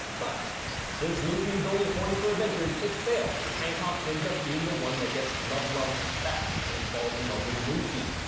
but since luffy is only horny for adventures it fails and hancock ends up being the one that gets love-love-ed back and falls in love with luffy.